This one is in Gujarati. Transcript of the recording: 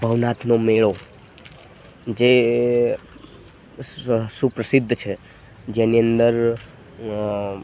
ભવનાથનો મેળો જે સુપ્રસિદ્ધ છે જેની અંદર